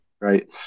right